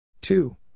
two